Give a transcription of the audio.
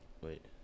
wait